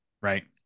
right